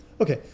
okay